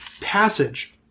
passage